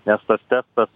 nes tas testas